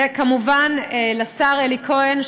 וכמובן השר אלי כהן,